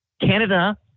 Canada